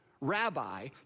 rabbi